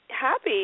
happy